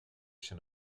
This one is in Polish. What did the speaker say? się